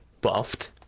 buffed